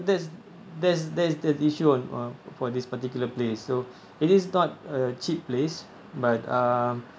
there's there's there's the issue on on for this particular place so it is not a cheap place but um